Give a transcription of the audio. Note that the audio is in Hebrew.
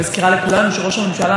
לתקשורת הישראלית,